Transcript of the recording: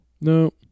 no